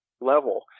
level